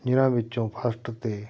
ਜਿਹਨਾਂ ਵਿੱਚੋਂ ਫਸਟ ਅਤੇ